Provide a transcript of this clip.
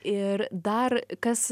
ir dar kas